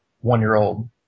one-year-old